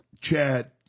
Chad